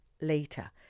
later